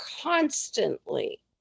constantly